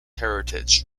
heritage